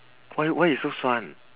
why why you so 酸